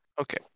Okay